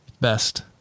best